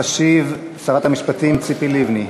תשיב שרת המשפטים ציפי לבני.